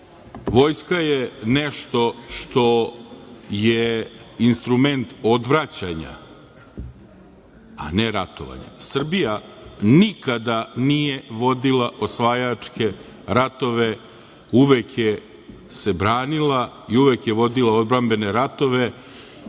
Vojska je nešto što je instrument odvraćanja, a ne ratovanja. Srbija nikada nije vodila osvajačke ratove, uvek je se branila i uvek je vodila odbrambene ratove